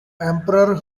emperor